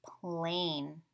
plain